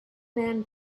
man